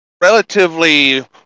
relatively